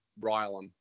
Rylan